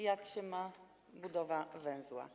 Jak się ma budowa węzła?